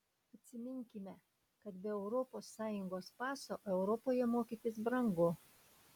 atsiminkime kad be europos sąjungos paso europoje mokytis brangu